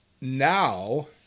now